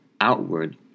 outward